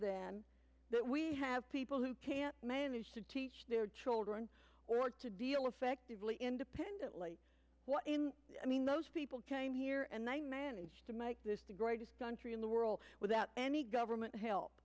then that we have people who can't manage to teach their children or to deal effectively independently i mean those people came here and they managed to make this the greatest country in the world without any government help